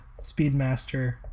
Speedmaster